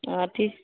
अथी